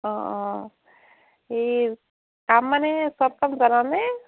অঁ অঁ এই কাম মানে চব কাম জানানে